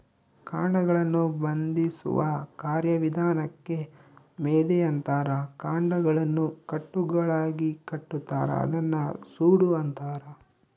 ಕಾಂಡಗಳನ್ನು ಬಂಧಿಸುವ ಕಾರ್ಯವಿಧಾನಕ್ಕೆ ಮೆದೆ ಅಂತಾರ ಕಾಂಡಗಳನ್ನು ಕಟ್ಟುಗಳಾಗಿಕಟ್ಟುತಾರ ಅದನ್ನ ಸೂಡು ಅಂತಾರ